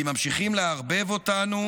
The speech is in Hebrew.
כי ממשיכים לערבב אותנו,